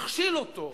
יכשיל אותו,